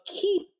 keep